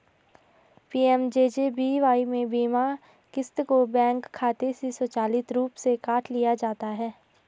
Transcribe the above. PMJJBY में बीमा क़िस्त को बैंक खाते से स्वचालित रूप से काट लिया जाता है